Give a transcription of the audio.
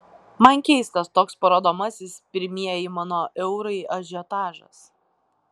man keistas toks parodomasis pirmieji mano eurai ažiotažas